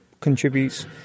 contributes